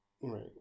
right